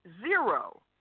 zero